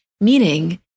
Meaning